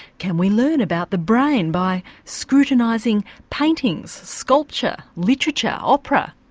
can we learn about the brain by scrutinising paintings, sculpture, literature, opera?